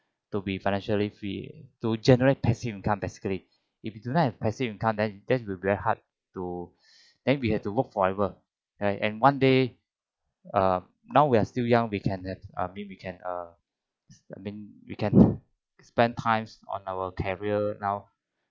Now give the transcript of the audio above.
to be financially free to generate passive income basically if you do not have passive income then that would be very hard to then we have to work forever and one day uh now we're still young we can have I mean we can have err I mean we can spend times on our career now